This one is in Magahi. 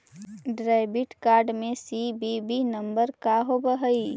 डेबिट कार्ड में सी.वी.वी नंबर का होव हइ?